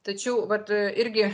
tačiau vat irgi